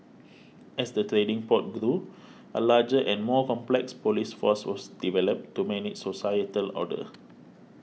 as the trading port grew a larger and more complex police force was developed to manage societal order